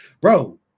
bro